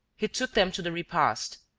he took them to the repast,